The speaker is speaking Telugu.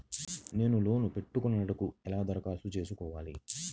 నేను లోన్ పెట్టుకొనుటకు ఎలా దరఖాస్తు చేసుకోవాలి?